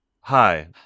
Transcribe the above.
Hi